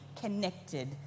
connected